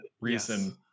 reason